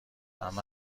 همه